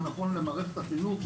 זה נכון למערכת החינוך,